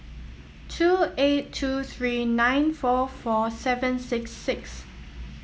two eight two three nine four four seven six six